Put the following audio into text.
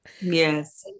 Yes